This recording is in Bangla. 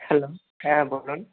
হ্যালো হ্যাঁ বলুন